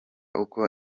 uko